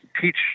teach